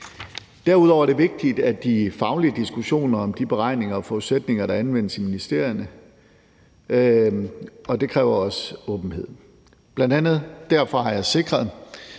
Derudover er det vigtigt med de faglige diskussioner om de beregninger og forudsætninger, der anvendes i ministerierne, og det kræver også åbenhed. Bl.a. derfor har jeg sikret,